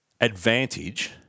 advantage